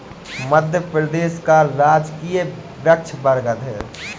मध्य प्रदेश का राजकीय वृक्ष बरगद है